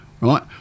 right